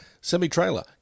semi-trailer